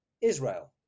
Israel